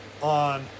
on